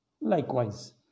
likewise